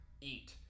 eat